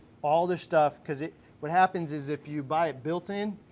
all the stuff, cause it, what happens is if you buy it built-in,